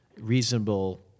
reasonable